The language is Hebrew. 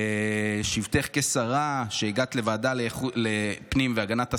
בשבתך כשרה, כשהגעת לוועדת הפנים והגנת הסביבה.